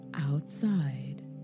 outside